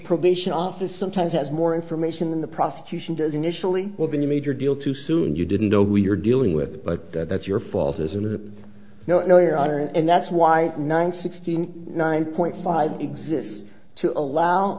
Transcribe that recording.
probation office sometimes has more information than the prosecution does initially will be a major deal too soon you didn't know who you're dealing with but that's your fault as a no no your honor and that's why nine sixty nine point five exists to allow